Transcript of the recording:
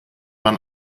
man